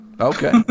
Okay